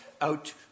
out